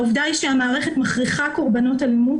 העובדה היא שהמערכת מכריחה קורבנות אלימות